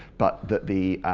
but that the